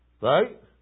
Right